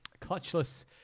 clutchless